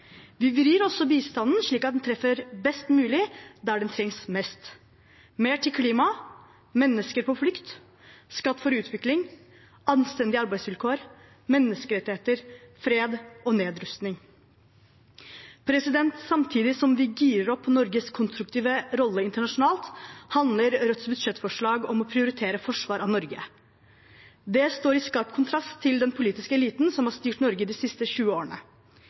Vi vrir også bistanden slik at den treffer best mulig der den trengs mest: mer til klima, mennesker på flukt, Skatt for utvikling, anstendige arbeidsvilkår, menneskerettigheter, fred og nedrustning. Samtidig som det girer opp Norges konstruktive rolle internasjonalt, handler Rødts budsjettforslag om å prioritere forsvar av Norge. Det står i skarp kontrast til den politiske eliten som har styrt Norge de siste 20 årene.